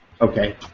Okay